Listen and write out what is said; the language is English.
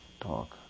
talk